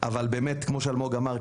אבל כמו שאלמוג אמר,